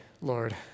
Lord